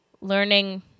learning